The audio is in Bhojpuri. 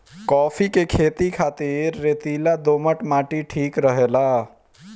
काफी के खेती खातिर रेतीला दोमट माटी ठीक रहेला